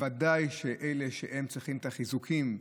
ודאי אלה שצריכים חיזוקים,